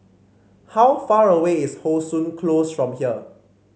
how far away is How Sun Close from here